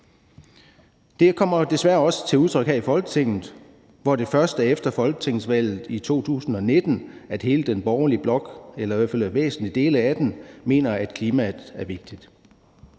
Det kommer jo desværre også til udtryk her i Folketinget, hvor det først er efter folketingsvalget i 2019, at hele den borgerlige blok – eller i hvert fald væsentlige dele af den – mener, at klimaet er vigtigt.